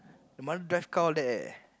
the mother drive car all that leh